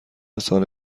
سال